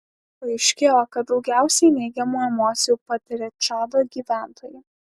paaiškėjo kad daugiausiai neigiamų emocijų patiria čado gyventojai